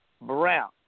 Brown